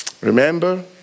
Remember